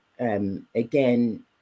Again